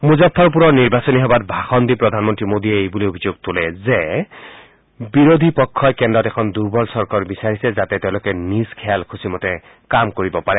মুজফ্ফৰপুৰৰ নিৰ্বাচনী সভাত দি প্ৰধানমন্ত্ৰী মোডীয়ে এইবুলি অভিযোগ তোলে যে বিৰোধী পক্ষই কেন্দ্ৰত এখন দূৰ্বল চৰকাৰ বিচাৰিছে যাতে তেওঁলোকে নিজ খেয়াল খুচি মতে কাম কৰিব পাৰে